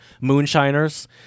moonshiners